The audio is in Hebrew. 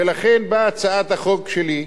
ולכן באה הצעת החוק שלי,